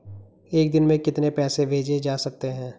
एक दिन में कितने पैसे भेजे जा सकते हैं?